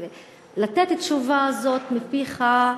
לתת את התשובה הזאת מפיך,